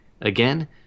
Again